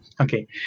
Okay